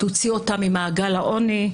תוציא אותם ממעגל העוני,